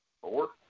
Four